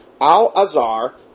Al-Azhar